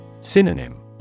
Synonym